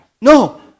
No